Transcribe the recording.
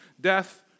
death